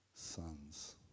sons